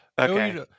okay